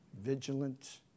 Vigilant